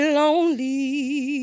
lonely